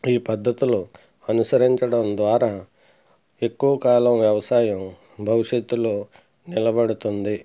ఈ పద్ధతులు అనుసరించడం ద్వారా ఎక్కువకాలం వ్యవసాయం భవిష్యత్తులో నిలబడుతుంది